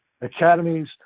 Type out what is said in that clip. academies